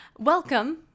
Welcome